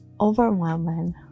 Overwhelming